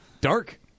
dark